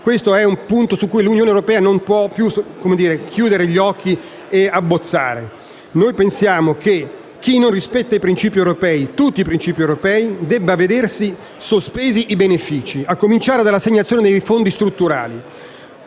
è un punto su cui l'Unione europea non può più chiudere gli occhi e abbozzare. Noi pensiamo che chi non rispetta i principi europei, tutti i principi europei, debba vedersi sospesi i benefici, a cominciare dall'assegnazione dei fondi strutturali.